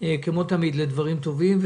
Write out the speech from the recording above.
כמו תמיד לדברים טובים.